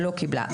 לא קיבלה.